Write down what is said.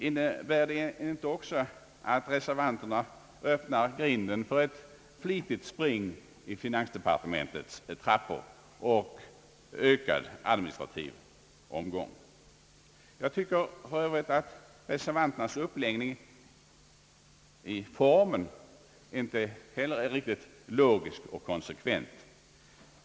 Innebär det inte också att reservanterna Öppnar grinden för ett flitigt spring i länsstyrelsernas och = finansdepartementets trappor och ökad administrativ omgång? Jag tycker för övrigt att reservanternas formella uppläggning inte heller är riktigt logisk och konsekvent.